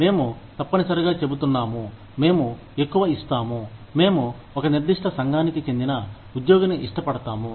మేము తప్పనిసరిగా చెబుతున్నాము మేము ఎక్కువ ఇస్తాము మేము ఒక నిర్దిష్ట సంఘానికి చెందిన ఉద్యోగిని ఇష్టపడతాము